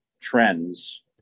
trends